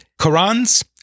quran's